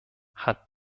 hat